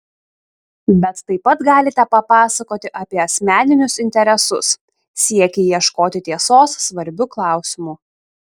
bet taip pat galite papasakoti apie asmeninius interesus siekį ieškoti tiesos svarbiu klausimu